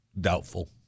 Doubtful